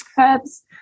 herbs